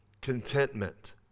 Contentment